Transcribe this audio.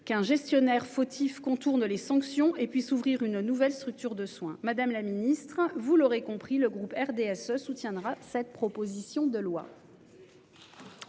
qu'un gestionnaire fautif contourne les sanctions et puis s'ouvrir une nouvelle structure de soins Madame la Ministre vous l'aurez compris, le groupe RDSE soutiendra cette proposition de loi.